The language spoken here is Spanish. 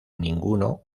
ninguno